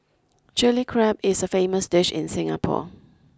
Chilli Crab is a famous dish in Singapore